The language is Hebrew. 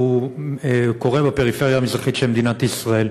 קורה בפריפריה המזרחית של מדינת ישראל.